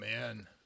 man